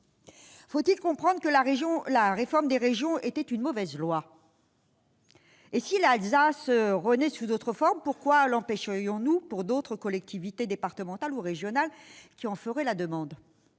Faut-il comprendre que la réforme des régions était une mauvaise loi ? Si l'Alsace renaît sous d'autres formes, pourquoi l'empêcherions-nous pour d'autres collectivités départementales ou régionales qui en feraient la demande ?